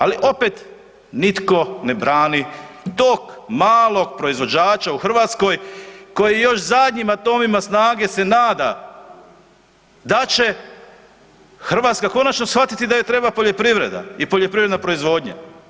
Ali, opet nitko ne brani tog malog proizvođača u Hrvatskoj koji još zadnjim atomima snage se nada da će Hrvatska konačno shvatiti da joj treba poljoprivreda i poljoprivredna proizvodnja.